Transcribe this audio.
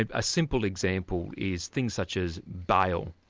ah a simple example is things such as bail.